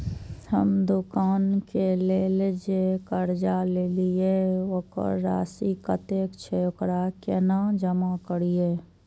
हम दुकान के लेल जे कर्जा लेलिए वकर राशि कतेक छे वकरा केना जमा करिए?